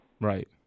Right